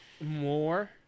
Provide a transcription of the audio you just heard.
more